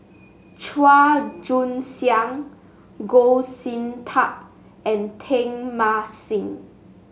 Chua Joon Siang Goh Sin Tub and Teng Mah Seng